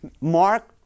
Mark